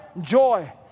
joy